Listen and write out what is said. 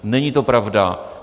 Není to pravda.